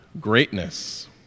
greatness